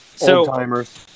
old-timers